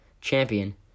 champion